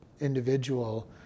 individual